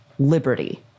Liberty